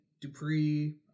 Dupree